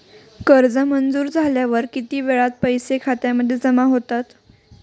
कर्ज मंजूर झाल्यावर किती वेळात पैसे खात्यामध्ये जमा होतात?